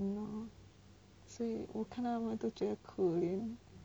!hannor! 所以我看到他们都觉得可怜